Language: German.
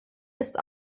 ist